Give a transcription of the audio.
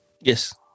Yes